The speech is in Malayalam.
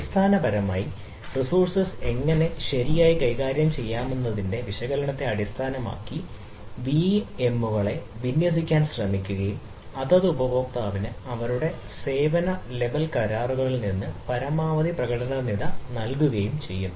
അടിസ്ഥാനപരമായി റിസോഴ്സ് എങ്ങനെ ശരിയായി കൈകാര്യം ചെയ്യാമെന്നതിന്റെ വിശകലനത്തെ അടിസ്ഥാനമാക്കി വിഎമ്മുകളെ വിന്യസിക്കാൻ ശ്രമിക്കുകയും അതത് ഉപഭോക്താവിന് അവരുടെ സേവന ലെവൽ കരാറുകളിൽ നിന്ന് പരമാവധി പ്രകടന നില നൽകുകയും ചെയ്യും